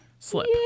Slip